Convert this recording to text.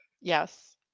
yes